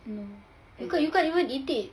no you can't you can't even eat it